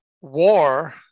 war